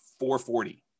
440